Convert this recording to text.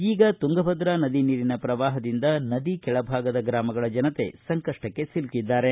ಈಗ ತುಂಗಭದ್ರ ನದಿ ನೀರಿನ ಪ್ರವಾಪದಿಂದ ನದಿ ಕೆಳಭಾಗದ ಗ್ರಾಮಗಳ ಜನತೆ ಸಂಕಷ್ಟಕ್ಕೆ ಸಿಲುಕಿದ್ದಾರೆ